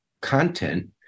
content